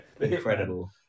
Incredible